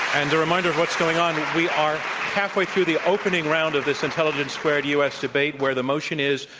and a reminder of what's going on, we are halfway through the opening round of this intelligence squared u. s. debate where the motion is,